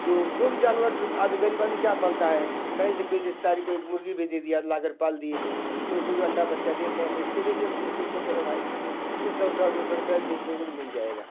जो जो भी जानवर अब ग़रीब आदमी क्या पालता है कहीं से कोइ रिश्तेदार कोई मुर्ग़ी भी दे दिया ला कर पाल दिए तो उसमें जो अंडा बच्चा देते हैं तो उसके लिए भी हम लोग तो सोचते हैं चलो भाई कुछ तो सौ रुपये दो सौ रुपये बेचेंगे तो मिल जाएगा